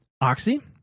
Oxy